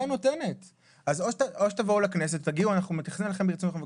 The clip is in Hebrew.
או שתבואו לכנסת ותגידו: אנחנו מבקשים